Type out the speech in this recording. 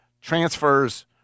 transfers